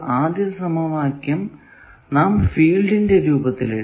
ആദ്യ സമവാക്യം നാം ഫീൽഡിന്റെ രൂപത്തിൽ എഴുതി